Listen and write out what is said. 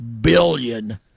billion